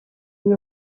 you